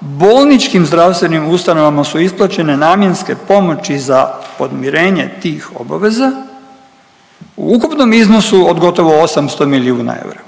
bolničkim zdravstvenim ustanovama su isplaćene namjenske pomoći za podmirenje tih obaveza u ukupnom iznosu od gotovo 800 milijuna eura.